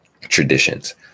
traditions